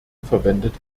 verwendet